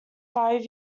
five